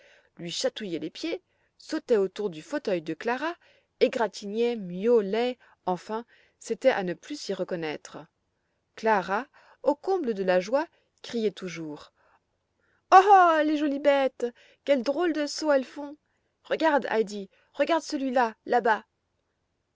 lui chatouillaient les pieds sautaient autour du fauteuil de clara égratignaient miaulaient enfin c'était à ne plus s'y reconnaître clara au comble de la joie criait toujours oh les jolies bêtes quels drôles de sauts elles font regarde heidi regarde celui-là là-bas